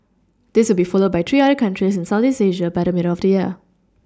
this be followed by three other countries in southeast Asia by the middle of the year